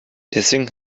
deswegen